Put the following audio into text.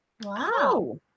Wow